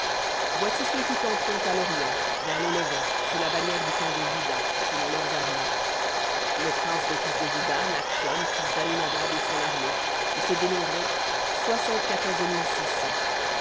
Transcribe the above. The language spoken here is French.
vis-à-vis ceux qui camperont à l'orient vers le levant la bannière du camp de juda selon leurs armées le prince des fils de juda nakhshon fils damminadab et son armée et ses dénombrés soixante-quatorze